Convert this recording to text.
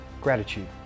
Gratitude